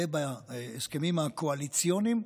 ובהסכמים הקואליציוניים,